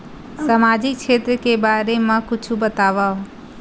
सामजिक क्षेत्र के बारे मा कुछु बतावव?